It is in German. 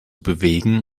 bewegen